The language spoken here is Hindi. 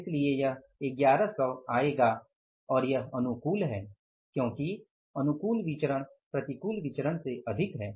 इसलिए यह 1100 आएगा और यह अनुकूल है क्योंकि अनुकूल विचरण प्रतिकूल विचरण से अधिक हैं